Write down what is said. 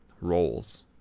roles